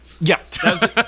Yes